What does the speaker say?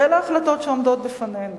ואלה החלטות שעומדות בפנינו.